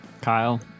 Kyle